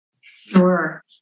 Sure